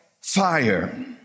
Fire